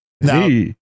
now